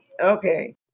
okay